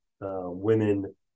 Women